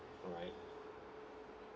all right